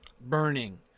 burning